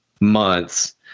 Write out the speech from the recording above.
months